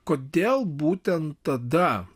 kodėl būtent tada